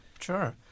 Sure